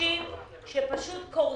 אני שומעת על בעלי עסקים שפשוט קורסים.